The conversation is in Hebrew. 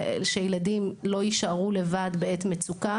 שילדים לא יישארו לבד בעת מצוקה,